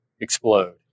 explode